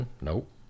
Nope